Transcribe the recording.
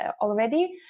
already